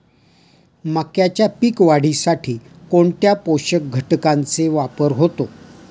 मक्याच्या पीक वाढीसाठी कोणत्या पोषक घटकांचे वापर होतो?